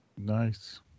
Nice